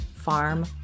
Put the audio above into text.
Farm